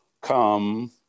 come